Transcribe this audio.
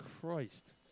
Christ